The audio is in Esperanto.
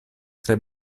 tre